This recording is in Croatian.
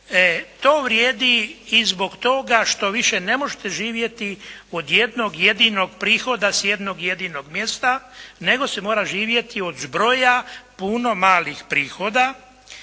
To vrijedi i zbog toga što više ne možete živjeti od jednog jedinog prihoda s jednog jedinog mjesta nego se mora živjeti od zbroja puno malih prihoda.